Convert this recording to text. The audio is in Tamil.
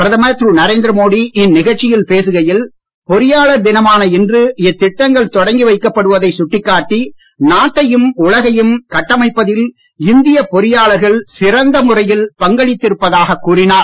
பிரதமர் திரு நரேந்திர மோடி இந்நிகழ்ச்சியில் பேசுகையில் பொறியாளர் தினமான இன்று இத்திட்டங்கள் தொடங்கி வைக்கப்படுவதை சுட்டிக்காட்டி நாட்டையும் உலகையும் கட்டமைப்பதில் இந்திய பொறியாளர்கள் சிறந்த முறையில் பங்களித்திருப்பதாக கூறினார்